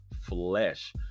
flesh